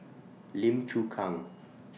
Lim Chu Kang